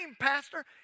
Pastor